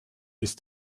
ist